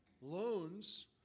Loans